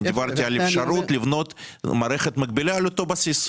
אני דיברתי על אפשרות לבנות מערכת מקבילה על אותו בסיס.